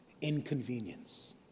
inconvenience